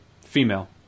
female